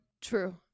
true